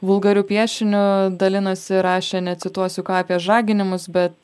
vulgariu piešiniu dalinasi rašė necituosiu apie žaginimus bet